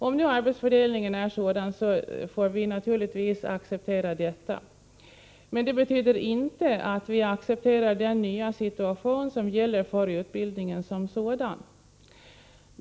Om nu arbetsfördelningen är denna får vi naturligtvis acceptera det, men det betyder inte att vi accepterar den nya situationen för utbildningen som sådan.